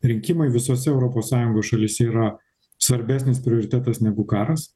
rinkimai visose europos sąjungos šalyse yra svarbesnis prioritetas negu karas